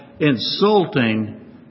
insulting